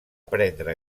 prendre